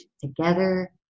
together